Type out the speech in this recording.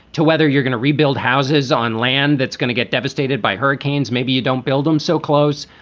to whether you're going to rebuild houses on land that's going to get devastated by hurricanes. maybe you don't build them so close,